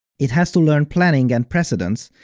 it has to learn planning and precedence,